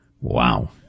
Wow